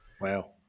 wow